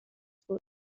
بود